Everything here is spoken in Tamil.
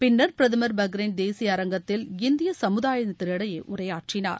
பின்னர் பிரதமர் பஹ்ரைன் தேசிய அரங்கத்தில் இந்திய சமுதாயத்தினரிடையே உரையாற்றினார்